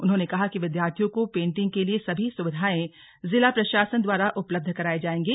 उन्होंने कहा कि विद्यार्थियों को पेंटिंग के लिए सभी सुविधाएं जिला प्रशासन द्वारा उपलब्ध कराये जाएंगे